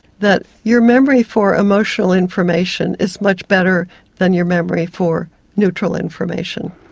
that your memory for emotional information is much better than your memory for neutral information.